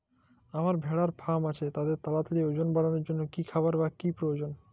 আমার ভেড়ার ফার্ম আছে তাদের তাড়াতাড়ি ওজন বাড়ানোর জন্য কী খাবার বা কী প্রয়োজন?